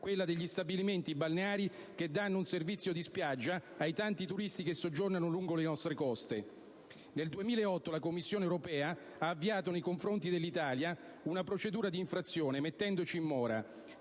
quella degli stabilimenti balneari che danno un servizio di spiaggia ai tanti turisti che soggiornano lungo le nostre coste. Nel 2008 la Commissione europea ha avviato nei confronti dell'Italia una procedura di infrazione mettendoci in mora.